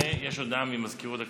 ויש הודעה של מזכירת הכנסת.